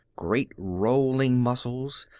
great rolling muscles,